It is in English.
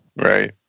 Right